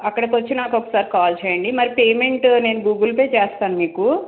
అక్కడకి వచ్చి నాకు ఒకసారి కాల్ చేయండి మరి పేమెంటు నేను గూగుల్ పే చేస్తాను మీకు